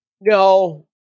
No